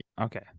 okay